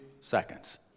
seconds